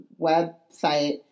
website